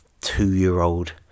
two-year-old